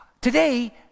today